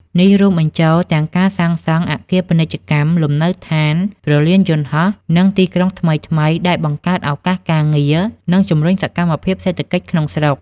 នេះរួមបញ្ចូលទាំងការសាងសង់អគារពាណិជ្ជកម្ម លំនៅឋាន ព្រលានយន្តហោះ និងទីក្រុងថ្មីៗ ដែលបង្កើតឱកាសការងារ និងជំរុញសកម្មភាពសេដ្ឋកិច្ចក្នុងស្រុក។